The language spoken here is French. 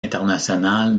international